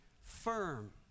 Firm